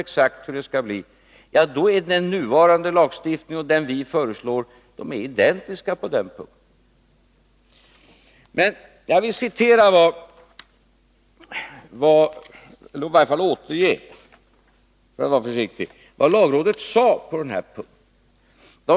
På den punkten är den nuvarande lagstiftningen och den vi föreslår identiska. Jag vill citera — eller i varje fall återge, för att vara försiktig — vad lagrådet sade på den här punkten.